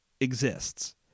exists